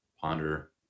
ponder